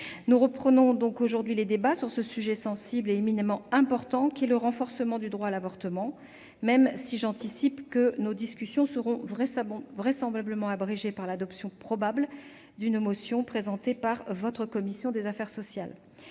nous reprenons aujourd'hui les débats sur ce sujet sensible et éminemment important qu'est le renforcement du droit à l'avortement, même si- et j'anticipe -nos discussions seront probablement abrégées par l'adoption d'une motion présentée par votre commission des affaires sociales.